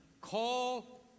call